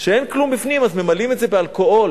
שכשאין כלום בפנים אז ממלאים את זה באלכוהול.